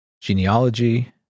genealogy